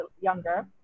younger